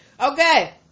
okay